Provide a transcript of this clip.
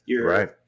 Right